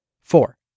Four